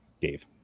Dave